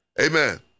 Amen